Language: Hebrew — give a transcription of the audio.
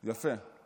יפה.